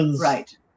right